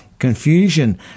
Confusion